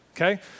Okay